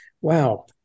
Wow